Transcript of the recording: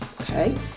Okay